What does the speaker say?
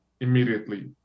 immediately